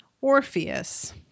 orpheus